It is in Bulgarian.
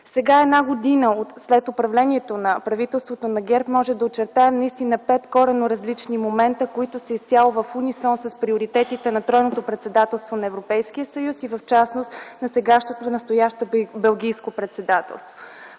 Сега – една година след управлението на правителството на ГЕРБ, може да очертаем наистина пет коренно различни момента, които са изцяло в унисон с приоритетите на тройното председателство на Европейския съюз и в частност на сегашното, настоящото белгийско председателство.